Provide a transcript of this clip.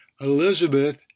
Elizabeth